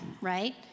right